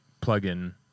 plug-in